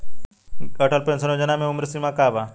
Atal pension Yojana मे उम्र सीमा का बा?